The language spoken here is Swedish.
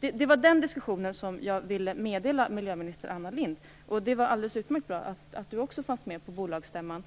Det var denna diskussion jag ville meddela miljöminister Anna Lindh. Det var alldeles utmärkt bra att även Mikael Odenberg fanns med på bolagsstämman.